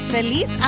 Feliz